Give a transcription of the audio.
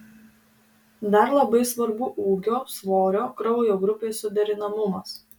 dar labai svarbu ūgio svorio kraujo grupės suderinamumas